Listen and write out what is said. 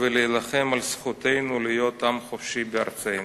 ולהילחם על זכותנו להיות "עם חופשי בארצנו".